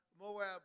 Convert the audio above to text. Moab